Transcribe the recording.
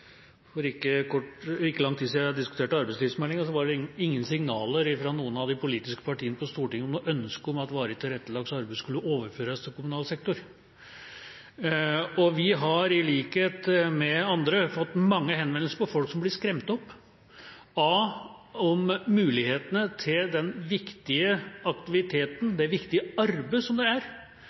for ikke lang tid siden diskuterte arbeidslivsmeldinga, var det ingen signaler fra noen av de politiske partiene på Stortinget om noe ønske om at varig tilrettelagt arbeid skulle overføres til kommunal sektor. Vi har i likhet med andre fått mange henvendelser fra folk som blir skremt opp av om de kan miste mulighetene til den viktige aktiviteten, det viktige arbeidet som det er,